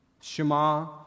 Shema